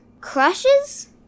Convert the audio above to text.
Crushes